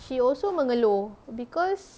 she also mengeluh because